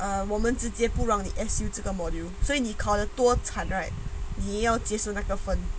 err 我们直接不让你 ensured 这个 module 所以你考得多惨 right 也要接受那个分